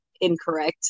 incorrect